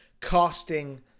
casting